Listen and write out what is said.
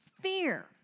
Fear